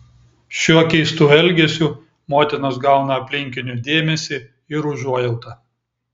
šiuo keistu elgesiu motinos gauna aplinkinių dėmesį ir užuojautą